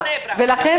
גם בבני ברק וברמת גן.